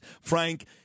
frank